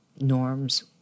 norms